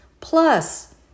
plus